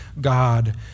God